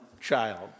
child